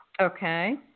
Okay